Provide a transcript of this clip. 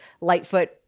Lightfoot